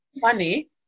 funny